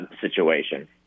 situation